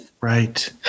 Right